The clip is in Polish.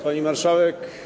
Pani Marszałek!